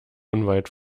unweit